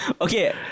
Okay